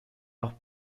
auch